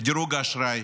דירוג אשראי,